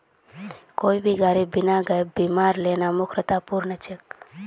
कोई भी गाड़ी बिना गैप बीमार लेना मूर्खतापूर्ण छेक